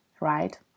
right